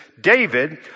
David